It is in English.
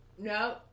no